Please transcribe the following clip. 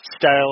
style